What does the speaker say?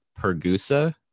Pergusa